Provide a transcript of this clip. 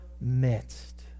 midst